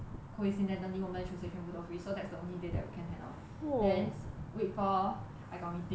coincidentally 我们 association 全部都 free so that's the only day that we can hangout then s~ week four I got meeting